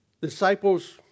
Disciples